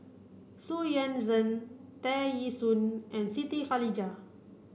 Xu Yuan Zhen Tear Ee Soon and Siti Khalijah